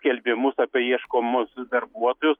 skelbimus apie ieškomus darbuotojus